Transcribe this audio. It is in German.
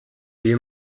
wie